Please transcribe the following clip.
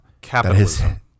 capitalism